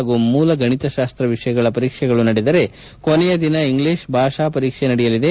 ಹಾಗೂ ಮೂಲ ಗಣಿತಶಾಸ್ತ್ರ ವಿಷಯಗಳ ಪರೀಕ್ಷೆಗಳು ನಡೆದರೆ ಕೊನೆಯ ದಿನ ಇಂಗ್ಲೀಷ್ ಭಾಷಾ ಪರೀಕ್ಷೆ ನಡೆಯಲಿದೆ